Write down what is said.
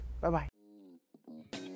Bye-bye